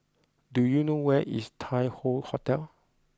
do you know where is Tai Hoe Hotel